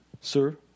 sir